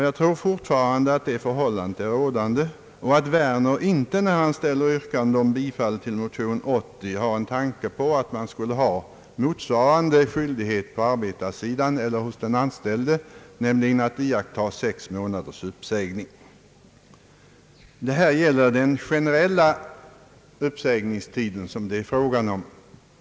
Jag tror att det förhållandet fortfarande råder och att herr Werner, när han ställer yrkande om bifall till motion nr 80, inte har en tanke på en motsvarande skyldighet för den anställde att iaktta sex månaders uppsägningstid.